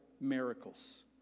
miracles